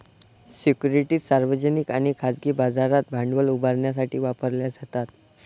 securities सार्वजनिक आणि खाजगी बाजारात भांडवल उभारण्यासाठी वापरल्या जातात